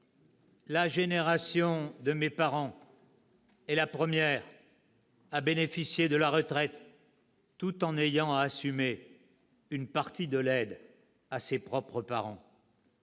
La génération de mes parents est la première à bénéficier de la retraite, tout en ayant à assumer une partie de l'aide à ses propres parents.